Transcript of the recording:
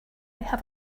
have